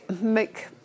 make